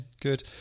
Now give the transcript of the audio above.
good